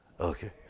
Okay